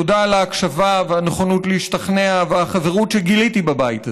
תודה על ההקשבה והנכונות להשתכנע ועל החברות שגיליתי בבית הזה.